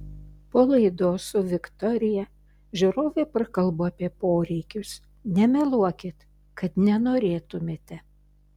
po laidos su viktorija žiūrovė prakalbo apie poreikius nemeluokit kad nenorėtumėte